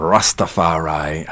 Rastafari